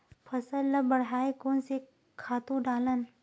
फसल ल बढ़ाय कोन से खातु डालन?